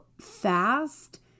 fast